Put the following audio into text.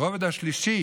הרובד השלישי